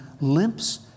limps